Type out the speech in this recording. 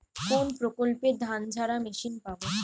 কোনপ্রকল্পে ধানঝাড়া মেশিন পাব?